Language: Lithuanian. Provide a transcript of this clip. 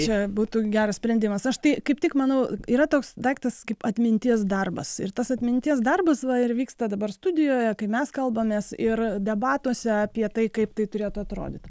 čia būtų geras sprendimas aš tai kaip tik manau yra toks daiktas kaip atminties darbas ir tas atminties darbas va ir vyksta dabar studijoje kai mes kalbamės ir debatuose apie tai kaip tai turėtų atrodyt